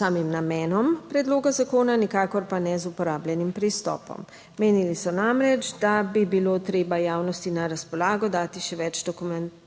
samim namenom predloga zakona, nikakor pa ne z uporabljenim pristopom. Menili so namreč, da bi bilo treba javnosti na razpolago dati še več dokumentarnega